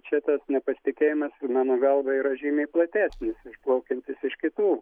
čia tas nepasitikėjimas mano galva yra žymiai platesnis išplaukiantis iš kitų